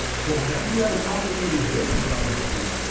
so whenever you have a complicated division problem to do,